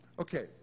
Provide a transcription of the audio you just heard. okay